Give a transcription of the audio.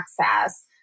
access